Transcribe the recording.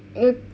oh